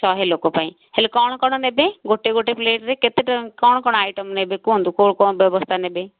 ଶହେ ଲୋକ ପାଇଁ ହେଲେ କ'ଣ କ'ଣ ନେବେ ଗୋଟେ ଗୋଟେ ପ୍ଲେଟ୍ରେ କେତେ କେତେ କ'ଣ କ'ଣ ଆଇଟମ୍ ନେବେ ଏବେ କୁହନ୍ତୁ କ'ଣ ବ୍ୟବସ୍ଥା ନେବେ